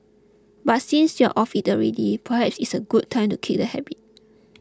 but since you are off it already perhaps it's a good time to kick the habit